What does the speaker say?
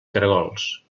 caragols